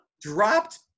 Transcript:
dropped